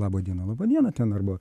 laba diena laba diena ten arba